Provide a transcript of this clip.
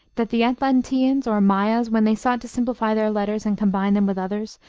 that the atlanteans, or mayas, when they sought to simplify their letters and combine them with others,